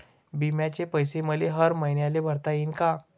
बिम्याचे पैसे मले हर मईन्याले भरता येईन का?